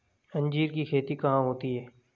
अंजीर की खेती कहाँ होती है?